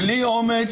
בלי אומץ,